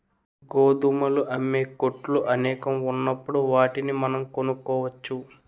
గోధుమలు అమ్మే కొట్లు అనేకం ఉన్నప్పుడు వాటిని మనం కొనుక్కోవచ్చు